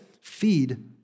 Feed